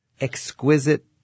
exquisite